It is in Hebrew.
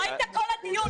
לא היית כל הדיון,